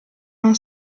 non